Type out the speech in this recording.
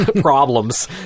problems